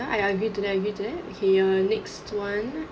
I agree to that agree to that okay next one